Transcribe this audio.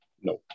No